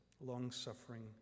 long-suffering